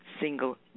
single